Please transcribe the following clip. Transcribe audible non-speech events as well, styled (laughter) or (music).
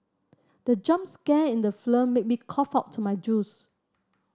the jump scare in the (unintelligible) made me cough out my juice